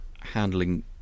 handling